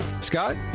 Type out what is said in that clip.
Scott